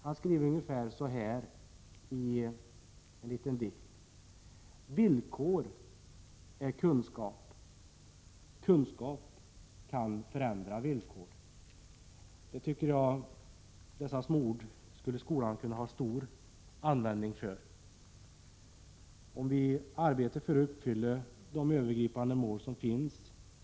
Han skriver ungefär så här i en liten dikt: ”Villkor är kunskap. Kunskap kan förändra villkoren.” Dessa små ord skulle skolan kunna ha stor användning för. Om vi arbetar för att uppfylla de övergripande mål som finns i Läroplan för Prot.